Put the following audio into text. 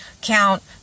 count